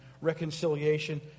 reconciliation